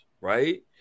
right